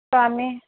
তো আমি